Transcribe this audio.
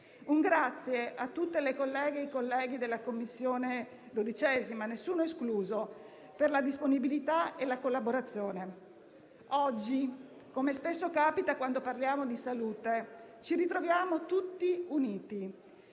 va infine a tutte le colleghe e ai colleghi della 12a Commissione, nessuno escluso, per la disponibilità e la collaborazione. Oggi, come spesso capita quando parliamo di salute, ci ritroviamo tutti uniti.